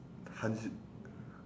hundred